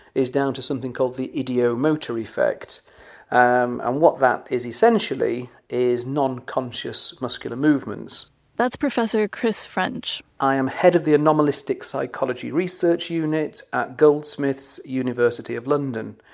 is down to something called the ideomotor effect um and what that is essentially is non-conscious muscular movements that's professor chris french i am head of the anomalistic psychology research unit at goldsmiths, university of london.